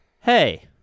Hey